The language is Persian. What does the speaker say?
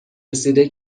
رسیده